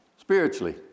spiritually